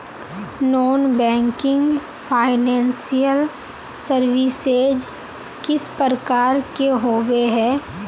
Non banking financial services किस प्रकार के होबे है?